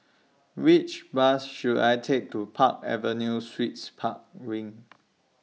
Which Bus should I Take to Park Avenue Suites Park Wing